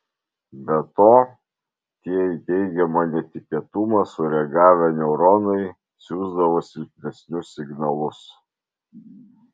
be to tie į teigiamą netikėtumą sureagavę neuronai siųsdavo silpnesnius signalus